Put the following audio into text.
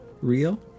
Real